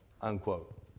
unquote